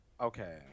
Okay